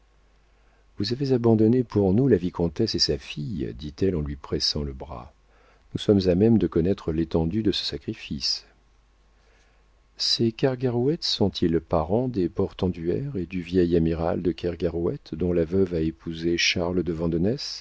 vous avez abandonné pour nous la vicomtesse et sa fille dit-elle en lui pressant le bras nous sommes à même de connaître l'étendue de ce sacrifice ces kergarouët sont-ils parents des portenduère et du vieil amiral de kergarouët dont la veuve a épousé charles